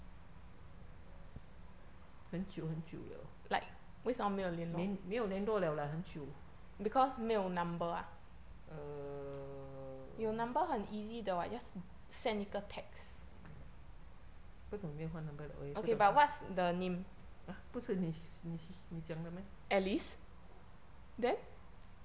很久很久了联没有联络了啦很久:hen jiu hen jiu liao mei you lian luo liao la hen jiu err 不懂有没有换 number leh 我也不懂 !huh! 不是你你讲的 meh